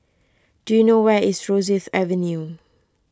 do you know where is Rosyth Avenue